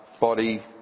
body